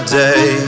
day